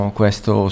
questo